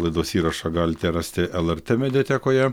laidos įrašą galite rasti lrt mediatekoje